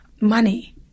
money